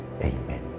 Amen